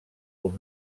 aux